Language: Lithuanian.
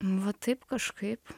va taip kažkaip